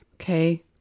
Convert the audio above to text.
Okay